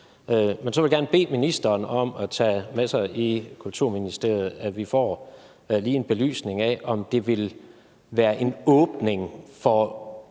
Men så vil jeg gerne bede ministeren om at tage med sig i Kulturministeriet, at vi lige får en belysning af, om det, hvis man nu